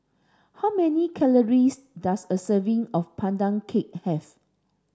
how many calories does a serving of Pandan cake have